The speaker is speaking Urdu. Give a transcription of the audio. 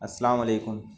السلام علیکم